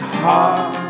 heart